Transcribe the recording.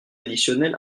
additionnel